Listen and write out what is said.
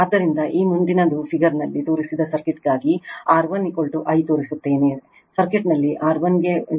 ಆದ್ದರಿಂದ ಈ ಮುಂದಿನದು ಫಿಗರ್ನಲ್ಲಿ ತೋರಿಸಿರುವ ಸರ್ಕ್ಯೂಟ್ಗಾಗಿR1I ತೋರಿಸುತ್ತೇನೆ ಸರ್ಕ್ಯೂಟ್ನಲ್ಲಿ R 1 ಗೆ 0